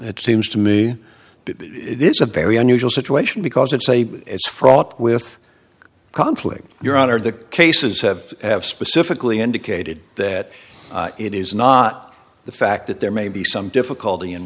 it seems to me it is a very unusual situation because it's a it's fraught with conflict your honor the cases have have specifically indicated that it is not the fact that there may be some difficulty in